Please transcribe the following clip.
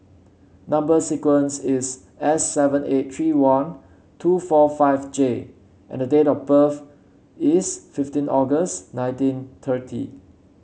number sequence is S seven eight three one two four five J and date of birth is fifteen August nineteen thirty